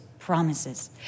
promises